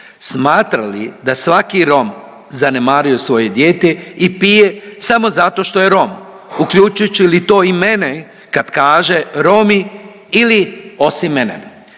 Smatra li da svaki Rom zanemaruje svoje dijete i pije samo zato što je Rom? Uključujući li to i mene kad kaže, Romi ili osim mene.